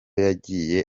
yagiye